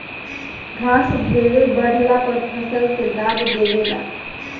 घास ढेरे बढ़ला पर फसल के दाब देवे ला